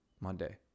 Monday